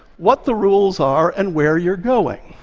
what the rules are, and where you're going.